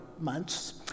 months